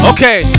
Okay